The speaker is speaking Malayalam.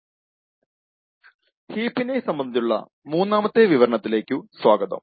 ഹാലോ ഹീപ്പിനെ സംബന്ധിച്ചുള്ള മൂന്നാമത്തെ വിവരണത്തിലേക്കു സ്വാഗതം